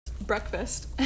Breakfast